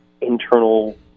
internal